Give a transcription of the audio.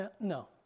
no